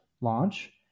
launch